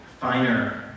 finer